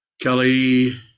kelly